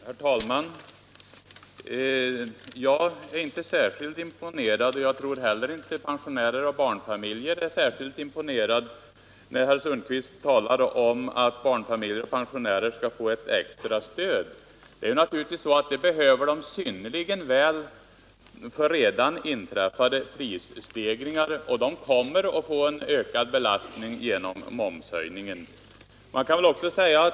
Herr talman! Jag är inte särskilt imponerad, och jag tror inte heller pensionärer och barnfamiljer är imponerade, när herr Sundkvist talar om att barnfamiljer och pensionärer skall få ett extra stöd. Ett sådant behöver de naturligtvis synnerligen väl med tanke på redan inträffade prisstegringar, och de kommer att få känna på ökad belastning genom momshöjningen.